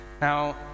Now